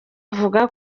avuga